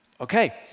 okay